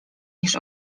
niż